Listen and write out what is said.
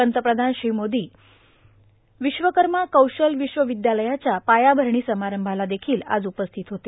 पंतप्रधान श्री मोदी विश्वकर्मा कौशल विश्व विद्यालयाच्या पायाभरणी समारंभाला आज उपस्थित होते